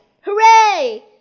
Hooray